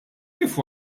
kif